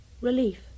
Relief